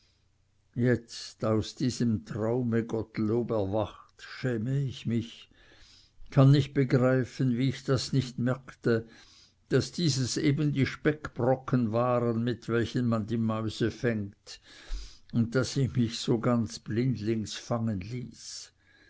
jetzt aus diesem traume gottlob erwacht schäme ich mich kann nicht begreifen wie ich das nicht merkte daß dieses eben die speckbrocken waren mit welchen man die mäuse fängt daß ich mich so ganz blindlings fangen ließ